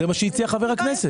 זה מה שהציע חבר הכנסת.